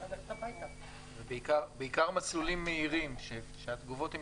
בעיקר מסלולים מהירים שבהם התגובות הן